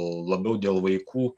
labiau dėl vaikų